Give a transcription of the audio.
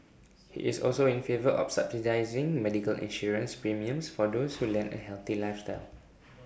he is also in favour of subsidising medical insurance premiums for those who lead A healthy lifestyle